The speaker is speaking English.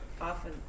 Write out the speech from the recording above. often